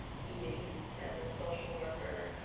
meetings. as a social worker,